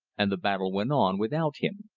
and the battle went on without him.